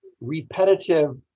repetitive